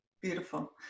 Beautiful